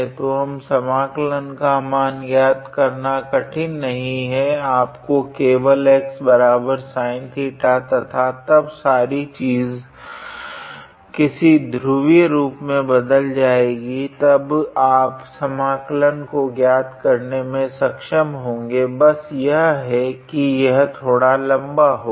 तो इस समाकलन का मान ज्ञात करना कठिन नहीं है आपको केवल xsin𝜃 तथा तब सारी चीज किसी ध्रुवीय रूप में बदल जाएगी तथा तब आप समाकलन को ज्ञात करने में सक्षम होगे बस यह है की यह थोडा लम्बा होगा